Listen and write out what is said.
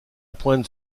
pointe